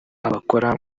abakora